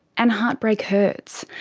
and heartbreak hurts.